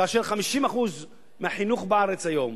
כאשר 50% מהחינוך בארץ היום